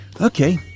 Okay